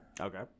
Okay